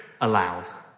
allows